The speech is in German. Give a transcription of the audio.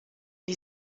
die